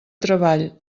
treball